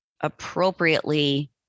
appropriately